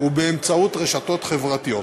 ובאמצעות רשתות חברתיות.